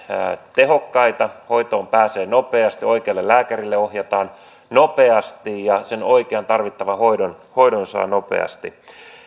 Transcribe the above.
tehokkaita hoitoon pääsee nopeasti oikealle lääkärille ohjataan nopeasti ja sen oikean tarvittavan hoidon hoidon saa nopeasti